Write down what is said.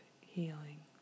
healing